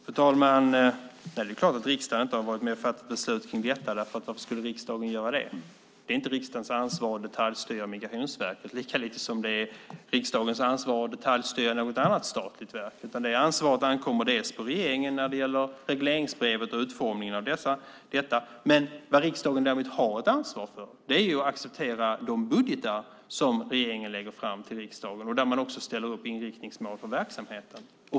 Fru talman! Nej, det är klart att riksdagen inte har varit med och fattat beslut om detta. Varför skulle riksdagen göra det? Det är inte riksdagens ansvar att detaljstyra Migrationsverket, lika lite som det är riksdagens ansvar att detaljstyra något annat statligt verk. Det ansvaret ankommer på regeringen när det gäller utformningen av regleringsbrevet. Vad riksdagen däremot har ett ansvar för är att acceptera de budgetar som regeringen lägger fram till riksdagen och där man också ställer upp inriktningsmål för verksamheten.